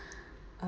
uh